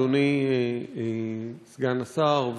אדוני סגן השר,